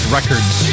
Records